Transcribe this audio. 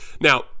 Now